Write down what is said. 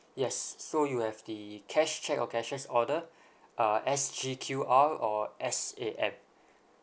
yes so you have the cash cheque or cashier's order uh S_G_Q_R or S_A_M